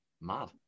Mad